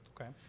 Okay